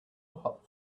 hot